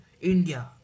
india